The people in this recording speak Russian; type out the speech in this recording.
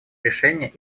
решения